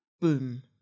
boom